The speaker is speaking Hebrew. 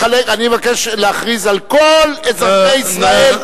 אני אבקש להכריז על כל אזרחי ישראל יורשים.